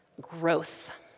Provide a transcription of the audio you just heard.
growth